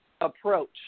approach